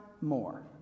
more